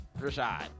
Rashad